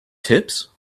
tips